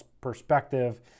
perspective